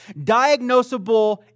diagnosable